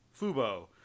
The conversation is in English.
FUBO